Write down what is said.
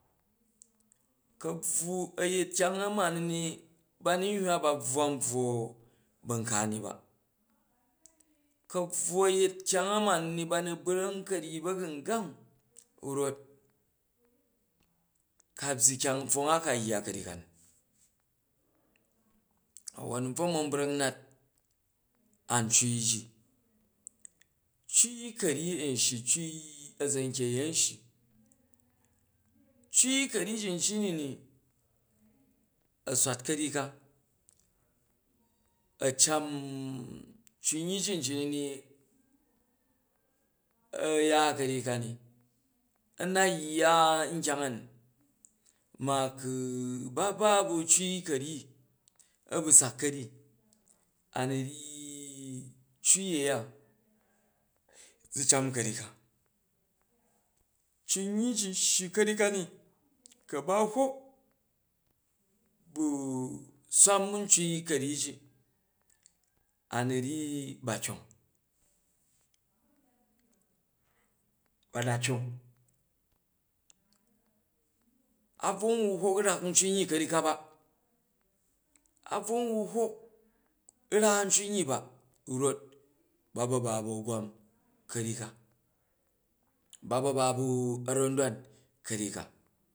Ka̱bva a yet kyang a ma ni ni ba nu nhya ba buwa ambuko bam ka ni ba ka̱bvu a̱ yet kyang ma ni ni ba nu brang ka̱ryyi ba̱gangang rot ka byyi kyang a ka yya ka̱ryyi ka ni, a̱win n bab man brak nat an cai ji, cui ka̱ryyi n shyi cui a̱za̱nkeyi a̱n shyi, cui ka̱ryyi ji nji ni ni, a swat ka̱ryi ka, a̱ cam cunyyi ji nji ne a̱ya ka̱ryyi ka ni, a na ya nkyang a ni, ma ku ba ba ba̱ cui ka̱ryyi a̱ bu sak ka̱ryyi ka, cunyyi ji shyi karyyi ji a nu rryi ba fryong ba na tyong a bvo hu hwok rak wunyyi ka̱rryi ka ba, a bvo nhu hwok ra gunyyi ba rot ba ba ba bu a̱gwam kavoyyi ka ba ba ba ba a̱randwan ka̱ryyi ka